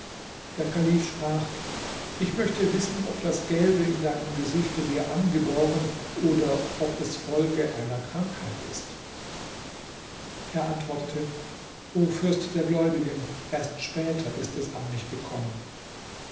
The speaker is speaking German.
der kalif sprach ich möchte wissen ob das gelbe in deinem gesichte dir angeboren oder ob es folge einer krankheit ist er antwortete o fürst der gläubigen erst später ist es an mich gekommen